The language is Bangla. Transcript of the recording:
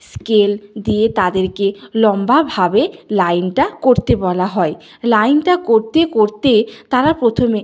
স্কেল দিয়ে তাদেরকে লম্বাভাবে লাইনটা করতে বলা হয় লাইনটা করতে করতে তারা প্রথমে